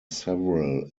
several